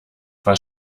was